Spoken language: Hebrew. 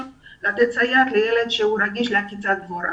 שקיבלנו לתת סייעת לילד שרגיש לעקיצת דבורה